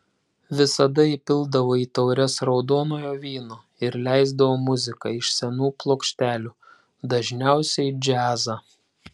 visada įpildavo į taures raudonojo vyno ir leisdavo muziką iš senų plokštelių dažniausiai džiazą